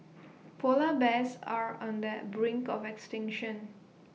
Polar Bears are on the brink of extinction